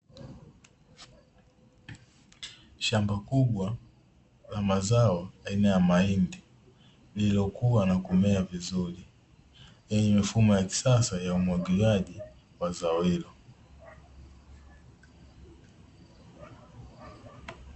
Shamba kubwa la mazao aina ya mahindi lililokua na kumea vizuri lenye mifumo ya kisasa ya umwagiliaji wa zao hilo.